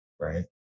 right